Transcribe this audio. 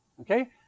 okay